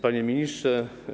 Panie Ministrze!